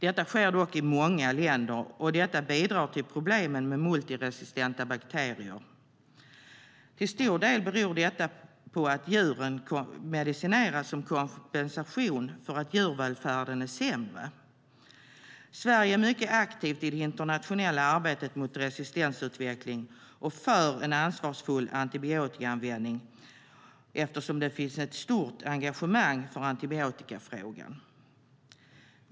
Detta sker dock i många länder, och det bidrar till problemen med multiresistenta bakterier. Till stor del beror det på att djuren medicineras som kompensation för att djurvälfärden är sämre. Sverige är mycket aktivt i det internationella arbetet mot resistensutveckling och för en ansvarsfull antibiotikaanvändning eftersom det finns ett stort engagemang för antibiotikafrågan.